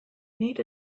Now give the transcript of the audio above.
need